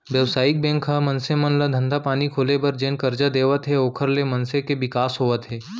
बेवसायिक बेंक ह मनसे मन ल धंधा पानी खोले बर जेन करजा देवत हे ओखर ले मनसे के बिकास होवत हे